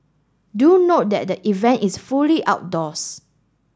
do note that the event is fully outdoors